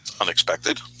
unexpected